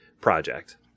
project